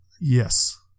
Yes